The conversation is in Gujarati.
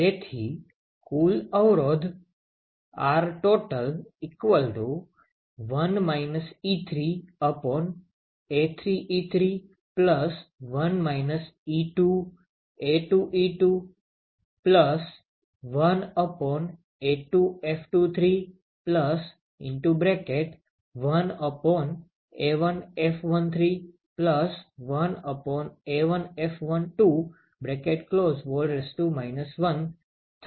તેથી કુલ અવરોધ Rtotal 1 3A33 1 2A221A2F231A1F131A1F12 1 થશે